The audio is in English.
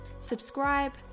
subscribe